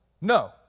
No